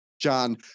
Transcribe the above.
John